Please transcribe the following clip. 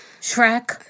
Shrek